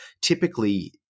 typically